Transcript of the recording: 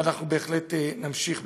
ואנחנו בהחלט נמשיך בכך.